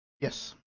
Yes